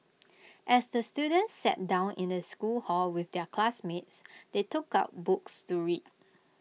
as the students sat down in the school hall with their classmates they took out books to read